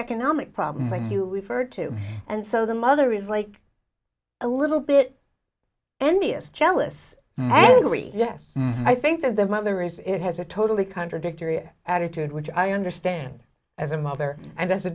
economic problems like you referred to and so the mother is like a little bit envious jealous ideally yes i think that the mother is it has a totally contradictory attitude which i understand as a mother and as a